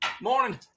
Morning